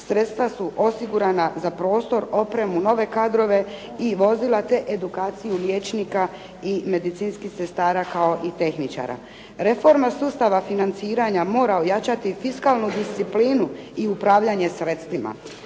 Sredstva su osigurana za prostor, opremu, nove kadrove i vozila te edukaciju liječnika i medicinskih sredstava kao i tehničara. Reforma sustava financiranja mora ojačati fiskalnu disciplinu i upravljanje sredstvima.